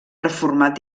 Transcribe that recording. reformat